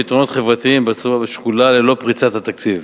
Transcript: בצורה שקולה ללא פריצת התקציב.